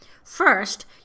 First